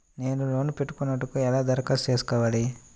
నేను లోన్ పెట్టుకొనుటకు ఎలా దరఖాస్తు చేసుకోవాలి?